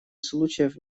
случаев